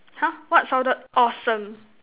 !huh! what sounded awesome